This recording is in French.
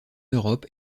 europe